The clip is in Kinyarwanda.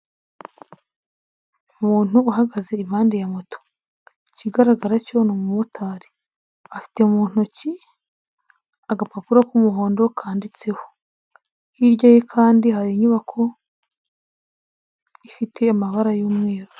Umuntu uhagaze impande ya moto. Ikigaragara cyo ni umumotari. Afite mu ntoki agapapuro k'umuhondo kanditseho. Hirya ye kandi hari inyubako ifite amabara y'umweru.